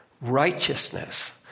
righteousness